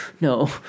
no